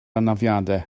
anafiadau